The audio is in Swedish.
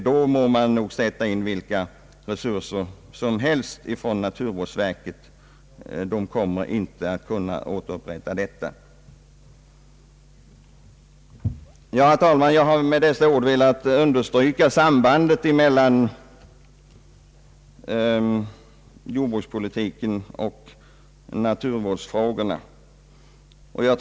Då må man nog sätta in vilka resurser som helst ifrån naturvårdsverket. De kommer ändå att vara otillräckliga. Herr talman! Jag har med dessa ord velat understryka sambandet mellan jordbrukspolitiken och naturvårdsfrågorna.